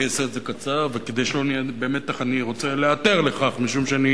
קצר וכדי שלא נהיה במתח אני רוצה להיעתר לכך משום שאני